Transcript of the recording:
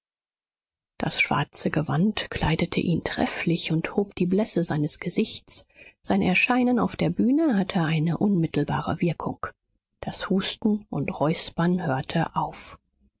das schwarze gewand kleidete ihn trefflich und hob die blässe seines gesichts sein erscheinen auf der bühne hatte eine unmittelbare wirkung das husten und räuspern hörte auf